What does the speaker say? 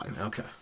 Okay